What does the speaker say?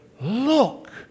look